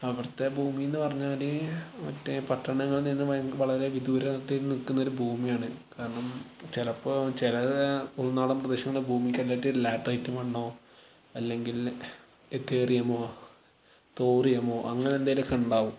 അവിടുത്തെ ഭൂമി എന്ന് പറഞ്ഞാല് മറ്റേ പട്ടണങ്ങളിൽ നിന്നുമായി നമുക്ക് വളരെ വിദൂരത്തിൽ നിൽക്കുന്ന ഒരു ഭൂമി ആണ് കാരണം ചിലപ്പോൾ ചിലത് ഉൾനാടൻ പ്രദേശങ്ങൾക്കകത്ത് ലാറ്ററൈറ്റ് മണ്ണോ അല്ലെങ്കിൽ എത്തെറിയമോ തോറിയമോ അങ്ങനെ എന്തേലുമൊക്കെയുണ്ടാവും